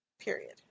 Period